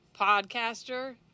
podcaster